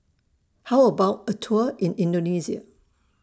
How about A Tour in Indonesia